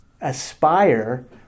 aspire